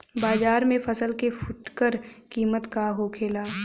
बाजार में फसल के फुटकर कीमत का होखेला?